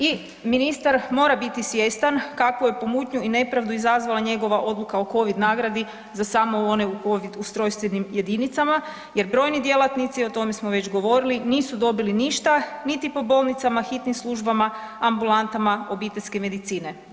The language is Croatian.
I ministar mora biti svjestan kakvu je pomutnju i nepravdu izazvala njegova odluka o covid nagradi za samo one u covid ustrojstvenim jedinicama jer brojni djelatnici, o tome smo već govorili, nisu dobili ništa niti po bolnicama, hitnim službama, ambulantama obiteljske medicine.